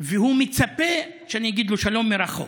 והוא מצפה שאני אגיד לו שלום מרחוק.